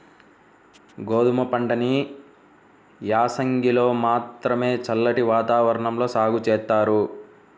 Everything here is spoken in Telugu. గోధుమ పంటని యాసంగిలో మాత్రమే చల్లటి వాతావరణంలో సాగు జేత్తారు